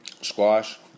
squash